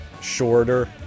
shorter